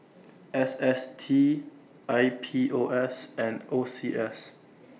S S T I P O S and O C S